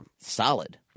solid